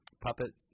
puppet